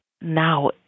now